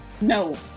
No